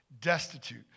destitute